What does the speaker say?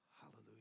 Hallelujah